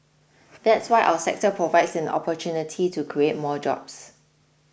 that's why our sector provides an opportunity to create more jobs